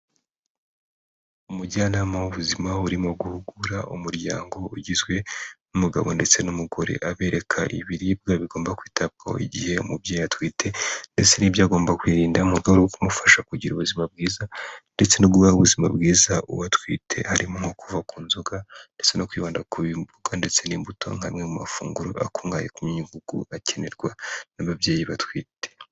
Umujyanama w'ubuzima urimo guhugura umuryango ugizwe n'umugabo ndetse n'umugore abereka ibiribwa bigomba kwitabwaho igihe umubyeyi atwite ndetse n'ibyo agomba kwirinda mu rwego rwo kumufasha kugira ubuzima bwiza ndetse no guha ubuzima bwiza uwo atwite ahrimo nko kuva ku nzoga ndetse no kwibanda ku biribwa ndetse n'imbuto nk'amwe mu mafunguro akungahaye ku myunyu ngugu akenrewa n'ababyeyi batwite.